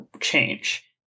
change